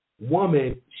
woman